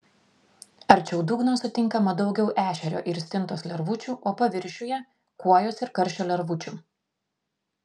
arčiau dugno sutinkama daugiau ešerio ir stintos lervučių o paviršiuje kuojos ir karšio lervučių